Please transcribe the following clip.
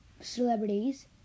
celebrities